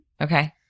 Okay